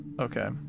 Okay